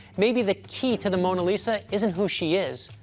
maybe the key to the mona lisa isn't who she is,